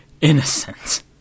innocent